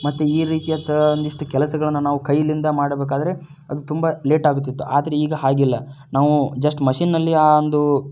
ಮತ್ತೆ ಈ ರೀತಿಯಂಹ ಒಂದಿಷ್ಟು ಕೆಲಸಗಳನ್ನ ನಾವು ಕೈಯ್ಯಿಂದ ಮಾಡಬೇಕಾದ್ರೆ ಅದು ತುಂಬ ಲೇಟ್ ಆಗುತ್ತಿತ್ತು ಆದರೆ ಈಗ ಹಾಗಿಲ್ಲ ನಾವೂ ಜಸ್ಟ್ ಮಷಿನ್ನಲ್ಲಿಯೇ ಆ ಒಂದೂ